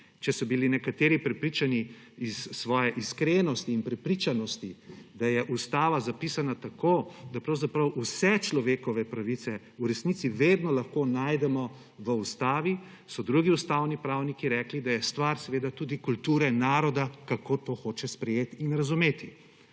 Če so bili nekateri prepričani iz svoje iskrenosti in prepričanosti, da je ustava zapisana tako, da pravzaprav vse človekove pravice v resnici vedno lahko najdemo v ustavi, so drugi ustavni pravniki rekli, da je stvar seveda tudi kulture naroda, kako to hoče sprejeti in razumeti.